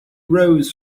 rose